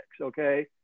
okay